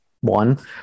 one